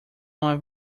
não